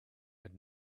had